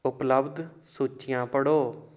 ਉਪਲਬਧ ਸੂਚੀਆਂ ਪੜ੍ਹੋ